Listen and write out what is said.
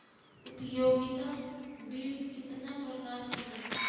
उपयोगिता बिल केतना प्रकार के होला?